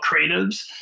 creatives